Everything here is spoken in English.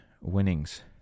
winnings